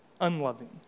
unloving